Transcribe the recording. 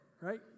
right